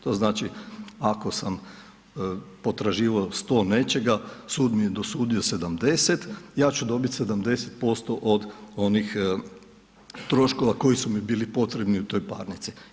To znači ako sam potraživao 100 nečega, sud mi je dosudio 70, ja ću dobiti 70% od onih troškova koji su mi bili potrebni u toj parnici.